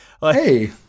Hey